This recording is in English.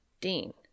Dean